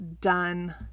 done